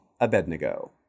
Abednego